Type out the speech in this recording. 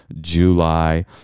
July